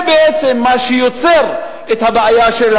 בעצם זה מה שיוצר את הבעיה,